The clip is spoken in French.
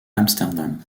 amsterdam